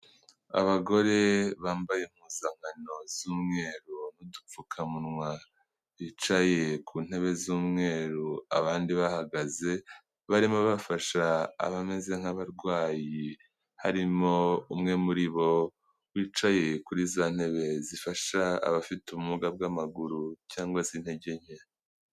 Abagore bambaye impuzankan z'umweru n'udupfukamunwa, bicaye ku ntebe z'umweru abandi bahagaze barimo bafasha abameze nk'abarwayi harimo umwe muri bo wicaye kuri za ntebe zifasha abafite ubumuga bw'amaguru cyangwa se intege nke.